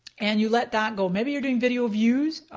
and you let that go. maybe you're doing video views,